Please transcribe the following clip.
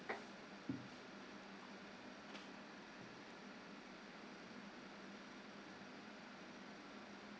mm